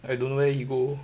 I don't where he go